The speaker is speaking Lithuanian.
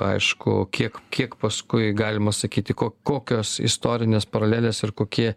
aišku kiek kiek paskui galima sakyti ko kokios istorinės paralelės ir kokie